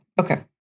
Okay